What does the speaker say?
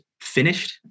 finished